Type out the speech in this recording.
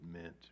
meant